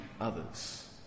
others